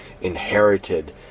inherited